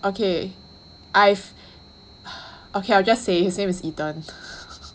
okay I've okay I'll just say his name is Ethan